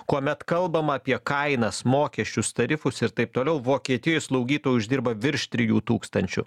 kuomet kalbama apie kainas mokesčius tarifus ir taip toliau vokietijoj slaugytojai uždirba virš trijų tūkstančių